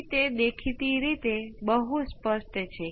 તેથી તે કોઈપણ રેખીય પ્રણાલીની ખૂબ જ મહત્વપૂર્ણ સુવિધા છે